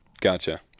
Gotcha